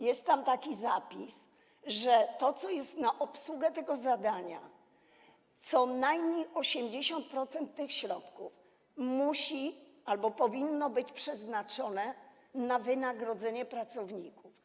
Jest tam taki zapis, że to, co jest przeznaczone na obsługę tego zadania, co najmniej 80% tych środków musi albo powinno być przeznaczone na wynagrodzenie pracowników.